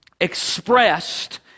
Expressed